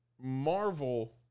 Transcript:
Marvel